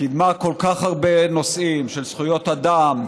קידמה כל כך הרבה נושאים של זכויות אדם,